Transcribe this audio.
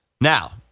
Now